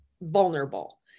vulnerable